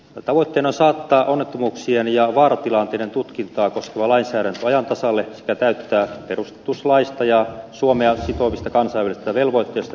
tavoitteena on saattaa onnettomuuksien ja vaaratilanteiden tutkintaa koskeva lainsäädäntö ajan tasalle sekä täyttää perustuslaista ja suomea sitovista kansainvälisistä velvoitteista johtuvat vaatimukset